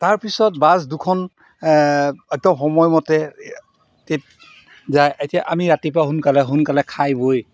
তাৰপিছত বাছ দুখন একদম সময়মতে যায় এতিয়া আমি ৰাতিপুৱা সোনকালে সোনকালে খাই বৈ